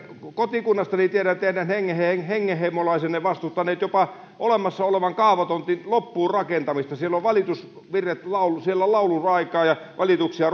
kotikunnastani tiedän että teidän hengenheimolaisenne ovat vastustaneet jopa olemassa olevan kaavatontin loppuun rakentamista siellä valitusvirret ja laulu raikaa ja valituksia